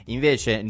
Invece